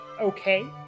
okay